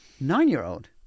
nine-year-old